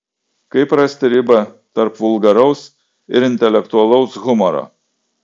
kaip rasti ribą tarp vulgaraus ir intelektualaus humoro